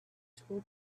spoke